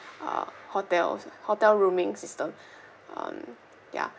ah hotels hotel rooming system um ya